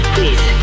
Please